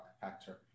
factor